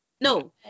no